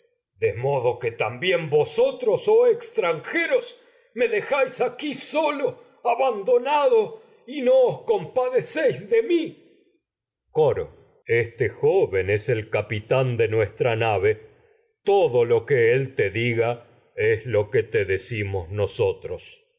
modo que de también vosotros abandonado y oh os extranjeros me dejáis aquí solo no compadecéis de mi coro todo lo este joven es el capitán que de nuestra nave que él te diga es lo te decimos nosotros